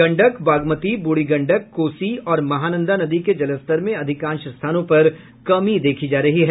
गंडक बागमती ब्रूढ़ी गंडक कोसी और महानंदा नदी के जलस्तर में अधिकांश स्थानों पर कमी देखी जा रही है